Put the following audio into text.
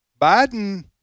Biden